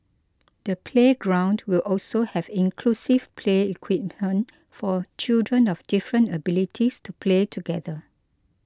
the playground will also have inclusive play equipment for children of different abilities to play together